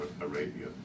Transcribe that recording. Arabia